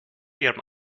ihrem